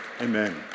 Amen